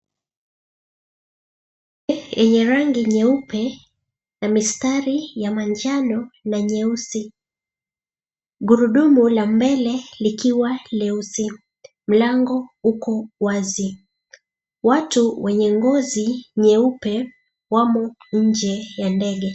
Ndege yenye rangi nyeupe na mistari ya manjano na nyeusi. Gurudumu la mbele likiwa leusi, mlango uko wazi. Watu wenye ngozi nyeupe wamo nje ya ndege.